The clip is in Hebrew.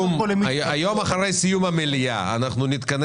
אני מציע שהיום אחרי סיום המליאה נתכנס